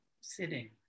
sitting